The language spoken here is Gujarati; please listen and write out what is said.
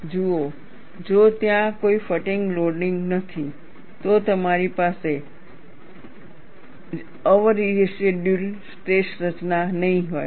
જુઓ જો ત્યાં કોઈ ફટીગ લોડિંગ નથી તો તમારી પાસે અવરેસિડયૂઅલ સ્ટ્રેસ રચના નહીં હોય